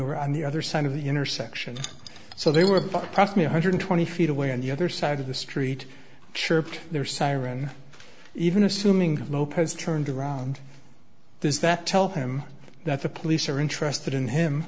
were on the other side of the intersection so they were but trust me a hundred twenty feet away on the other side of the street chirped their siren even assuming lopez turned around does that tell him that the police are interested in him